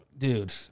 Dude